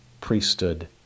priesthood